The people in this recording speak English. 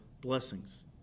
blessings